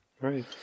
Right